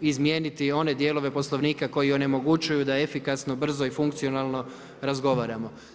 izmijeniti one dijelove Poslovnika koji onemogućuju da efikasno, brzo i funkcionalno razgovaramo.